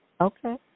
Okay